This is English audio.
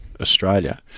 Australia